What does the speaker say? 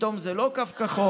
פתאום זה לא קו כחול,